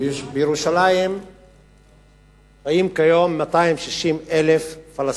בירושלים חיים כיום 260,000 פלסטינים.